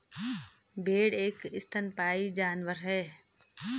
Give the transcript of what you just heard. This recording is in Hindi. भेड़ एक स्तनपायी जानवर है